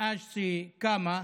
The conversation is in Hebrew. מאז שהיא קמה,